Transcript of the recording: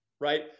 right